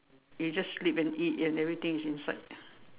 you just sleep and eat and everything is inside